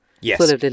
Yes